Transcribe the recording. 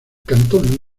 cantón